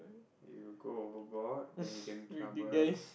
it will go overboard then you get in trouble